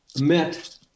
met